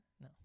No